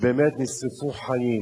שבאמת נשרפו חיים.